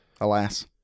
Alas